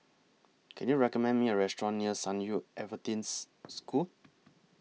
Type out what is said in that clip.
Can YOU recommend Me A Restaurant near San Yu Adventists School